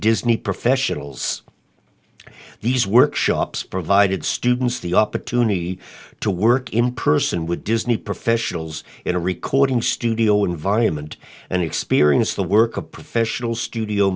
disney professionals these workshops provided students the opportunity to work in person would disney professionals in a recording studio environment and experience the work of professional studio